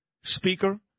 speaker